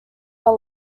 are